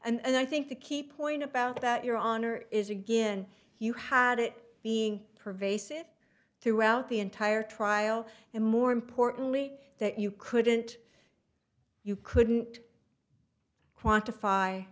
and i think the key point about that your honor is again you had it being pervasive throughout the entire trial and more importantly that you couldn't you couldn't quantify